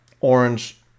orange